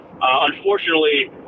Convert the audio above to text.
unfortunately